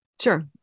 Sure